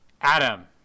Adam